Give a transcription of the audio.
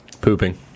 Pooping